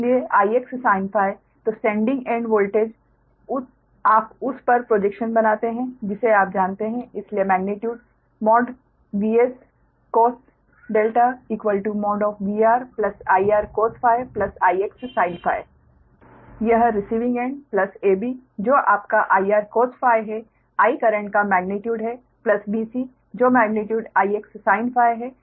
इसलिए IX sin तो sending end voltage आप उस पर प्रॉजेक्शन बनाते हैं जिसे आप जानते हैं इसलिए magnitude VS cos VR IR cos IX sin यह रिसीविंग एंड AB जो आपका IR cos है I करेंट का मेग्नीट्यूड है प्लस BC जो मेग्नीट्यूड IX sin है